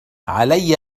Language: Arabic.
علي